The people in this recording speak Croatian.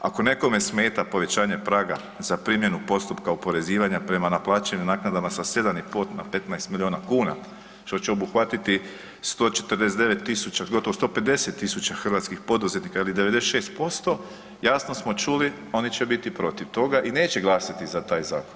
Ako nekome smeta povećanje praga za primjenu postupka oporezivanja prema naplaćenim naknadama sa 7,5 na 15 milijuna kuna, što će obuhvatiti 149 000, gotovo 150 000 hrvatskih poduzetnika ili 96%, jasno smo čuli, oni će biti protiv toga i neće glasati za taj zakon.